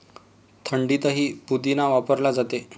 थंडाईतही पुदिना वापरला जातो